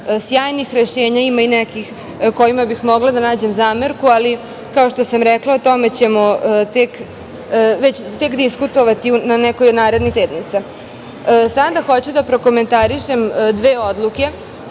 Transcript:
sjajnih rešenja, ima i nekih kojima bih mogla da nađem zamerku. Ali, kao što sam rekla, o tome ćemo tek diskutovati na nekoj od narednih sednica. Sada hoću da prokomentarišem dve odluke,